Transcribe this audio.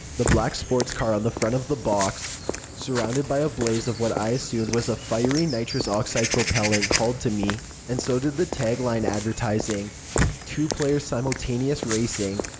the black sports car on the front of the box surrounded by a blaze of what i assumed was ah fiery nitreous oxide propellant called to me. and so did the tagline adervtising two player simultaneous racing!